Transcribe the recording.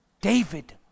David